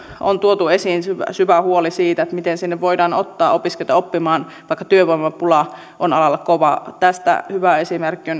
on tuotu esiin syvä syvä huoli siitä miten sinne voidaan ottaa opiskelijoita oppimaan vaikka työvoimapula on alalla kova tästä hyviä esimerkkejä